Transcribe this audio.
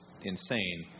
insane